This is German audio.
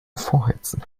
vorheizen